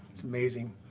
it's amazing.